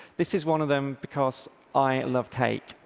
this is one of them, because i love cake.